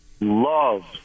Love